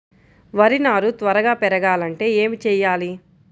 వరి నారు త్వరగా పెరగాలంటే ఏమి చెయ్యాలి?